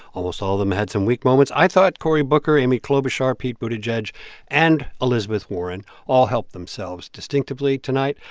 almost all of them had some weak moments. i thought cory booker, amy klobuchar, pete buttigieg and elizabeth warren all helped themselves distinctively tonight.